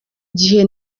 gihe